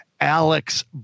Alex